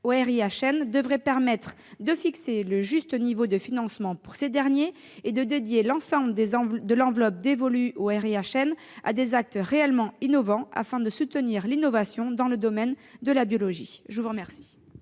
au RIHN devrait permettre de fixer le juste niveau de financement pour ces derniers et de dédier l'ensemble de l'enveloppe dévolue au RIHN à des actes réellement innovants, afin de soutenir l'innovation dans le domaine de la biologie. La parole